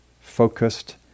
focused